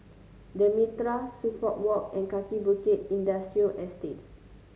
The Mitraa Suffolk Walk and Kaki Bukit Industrial Estate